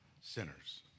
sinners